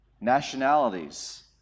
nationalities